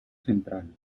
central